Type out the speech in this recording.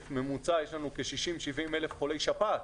ממוצע יש לנו כ-70,000-60,000 חולי שפעת,